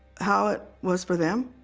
how it was for them.